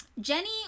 Jenny